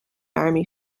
army